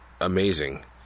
amazing